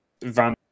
Van